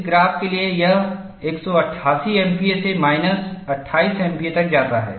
इस ग्राफ के लिए यह 188 एमपीए से माइनस 28 एमपीए तक जाता है